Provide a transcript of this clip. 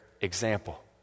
example